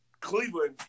Cleveland